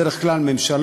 בדרך כלל ממשלה,